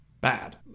bad